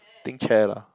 think chair lah